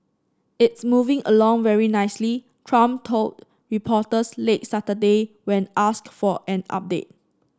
it's moving along very nicely trump told reporters late Saturday when asked for an update